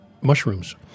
mushrooms